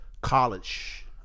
college